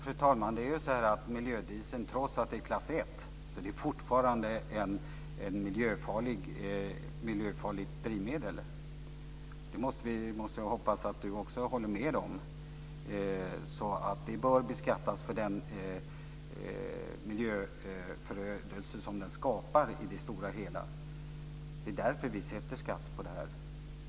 Fru talman! Trots att miljödieseln är klass 1 är den fortfarande ett miljöfarligt drivmedel. Jag hoppas att Jan-Evert Rådhström håller med om det. Den bör beskattas för den miljöförödelse som den skapar i det stora hela. Det är därför vi lägger skatt på detta.